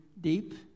deep